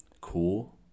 cool